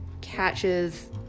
catches